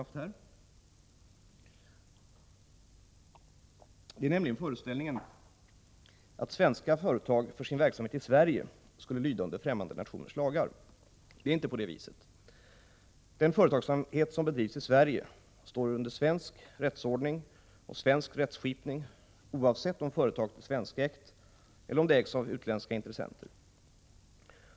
Jag syftar på föreställningen att svenska företag för sin verksamhet i Sverige skulle lyda under främmande nationers lagar. Det är inte så. Den företagsamhet som bedrivs i Sverige står under svensk rättsordning och svensk rättskipning, oavsett om företaget är svenskägt eller om det ägs av utländska intressenter.